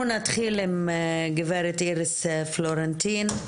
נתחיל עם גב' איריס פלורנטין.